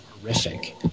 horrific